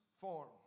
form